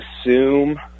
assume